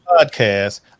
podcast